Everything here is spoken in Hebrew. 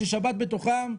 כששבת בתוכם,